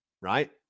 right